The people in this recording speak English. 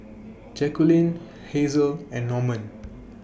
Jaqueline Hazelle and Norman